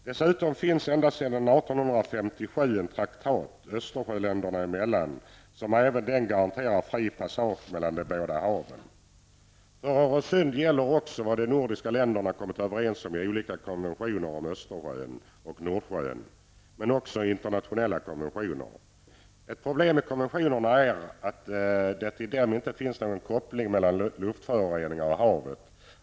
Dessutom finns ända sedan 1857 en traktat Östersjöländerna emellan som även den garanterar fri passage mellen de båda haven. För Öresund gäller också vad de nordiska länderna kommit överens om i olika konventioner om Östersjön och Nordsjön samt i internationella konventioner. Ett problem med konventionerna är att det i dem inte finns någon koppling mellan luftföroreningar och havet.